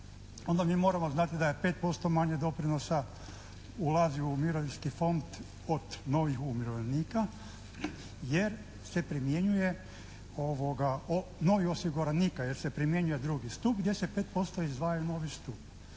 onda mi moramo znati da je 5% manje doprinosa ulazi u mirovinski fond od novih umirovljenika jer se primjenjuje, novih osiguranika jer se primjenjuje drugi stup gdje se 5% izdvaja u novi stup.